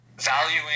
valuing